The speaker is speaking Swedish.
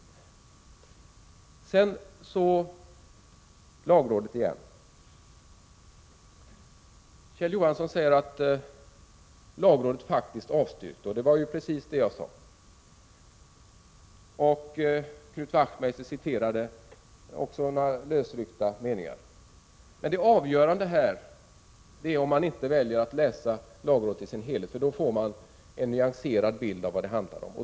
Sedan till frågan om lagrådet. Kjell Johansson säger att lagrådet faktiskt avstyrkte förslaget. Det är precis vad jag sade. Knut Wachtmeister återgav också vissa lösryckta meningar. Men det avgörande är att man läser lagrådets yttrande i dess helhet, för då får man en nyanserad bild av vad det handlar om.